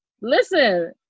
Listen